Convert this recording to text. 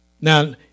Now